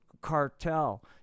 cartel